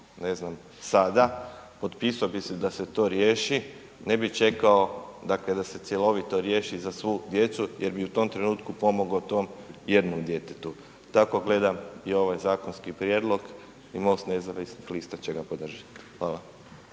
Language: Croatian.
ne znam sada, potpisao bi se da se to riješi, ne bi čekao da se cjelovito riješi za svu djecu jer bi u tom trenutku pomogo tom jednom djetetu. Tako gledam i ovaj zakonski prijedlog i MOST nezavisnih lista će ga podržati. Hvala.